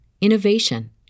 innovation